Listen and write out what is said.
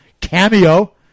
Cameo